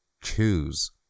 Choose